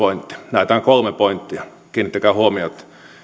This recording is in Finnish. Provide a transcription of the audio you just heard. näitä on kolme pointtia kiinnittäkää huomiota